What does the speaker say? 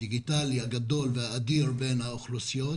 הדיגיטלי הגדול והאדיר בין האוכלוסיות,